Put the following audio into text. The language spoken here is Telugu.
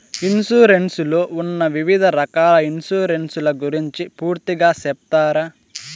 ఇన్సూరెన్సు లో ఉన్న వివిధ రకాల ఇన్సూరెన్సు ల గురించి పూర్తిగా సెప్తారా?